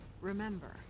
remember